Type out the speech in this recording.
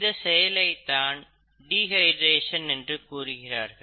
இந்த செயலை தான் டீஹைடிரேஷன் என்று கூறுகிறார்கள்